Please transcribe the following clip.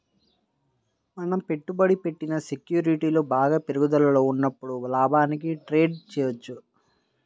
మనం పెట్టుబడి పెట్టిన సెక్యూరిటీలు బాగా పెరుగుదలలో ఉన్నప్పుడు లాభానికి ట్రేడ్ చేయవచ్చు